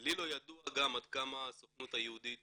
לי לא ידוע גם עד כמה הסוכנות היהודית